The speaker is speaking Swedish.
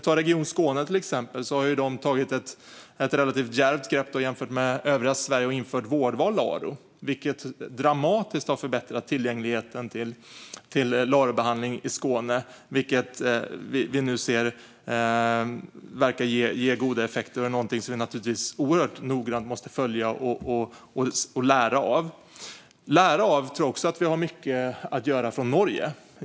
Till exempel har Region Skåne tagit ett relativt djärvt grepp jämfört med övriga Sverige och infört vårdval för LARO, vilket dramatiskt har förbättrat tillgängligheten till LARO-behandling i Skåne. Detta verkar ge goda effekter och är någonting som vi naturligtvis måste följa oerhört noggrant och lära av. Jag tror också att vi har mycket att lära av Norge.